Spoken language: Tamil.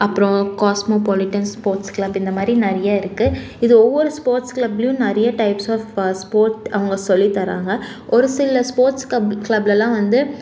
அப்புறம் காஸ்மோ பாலிடென்ஸ் ஸ்போர்ட்ஸ் கிளப் இந்தமாதிரி நிறைய இருக்கு இது ஒவ்வொரு ஸ்போர்ட்ஸ் கிளப்லையும் நிறைய டைப்ஸ் ஆஃப் ஸ்போர்ட் அவங்க சொல்லித்தராங்க ஒரு சில ஸ்போர்ட்ஸ் க்ள கிளப்லலாம் வந்து